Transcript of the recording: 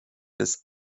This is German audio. des